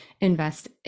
invest